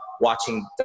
watching